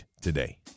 Today